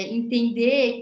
entender